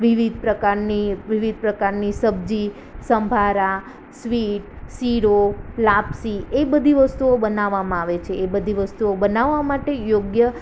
વિવિધ પ્રકારની વિવિધ પ્રકારની સબજી સંભારા સ્વીટ શીરો લાપસી એ બધી વસ્તુઓ બનાવવામાં આવે છે એ બધી વસ્તુઓ બનાવવા માટે યોગ્ય